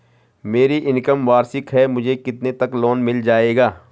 मेरी इनकम वार्षिक है मुझे कितने तक लोन मिल जाएगा?